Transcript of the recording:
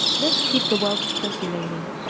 lets keep the wealth circulating,